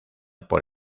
por